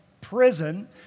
prison